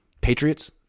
Patriots